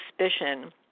suspicion